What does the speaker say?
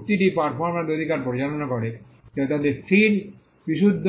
চুক্তিটি পারফর্মারদের অধিকার পরিচালনা করে যা তাদের স্থির বিশুদ্ধ